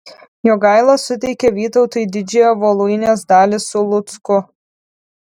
jogaila suteikė vytautui didžiąją voluinės dalį su lucku